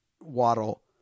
Waddle